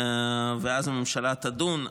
ואז הממשלה תדון.